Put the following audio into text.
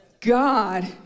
God